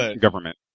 government